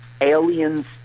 Aliens